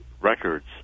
records